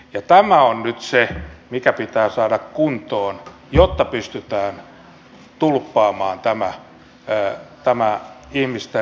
ja tämä on nyt se mikä pitää saada kuntoon jotta pystytään tulppaamaan tämä ihmisten tragedia